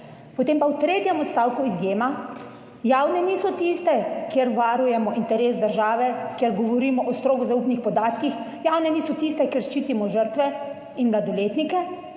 potem pa v tretjem odstavku izjema javne niso tiste, kjer varujemo interes države, kjer govorimo o strogo zaupnih podatkih, javne niso tiste, kjer ščitimo žrtve in mladoletnike